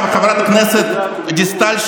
חברת הכנסת דיסטל,